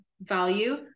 value